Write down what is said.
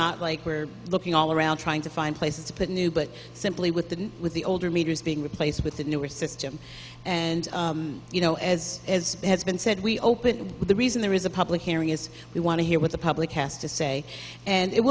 not like we're looking all around trying to find places to put new but simply with the with the older meters being replaced with the newer system and you know as as has been said we opened with the reason there is a public hearing is we want to hear what the public has to say and it